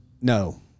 No